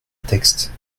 texte